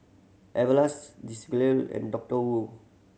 Everlast Desigual and Doctor Wu